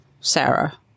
sarah